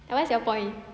like what's your point